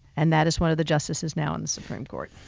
and that is one of the justices now on the supreme court.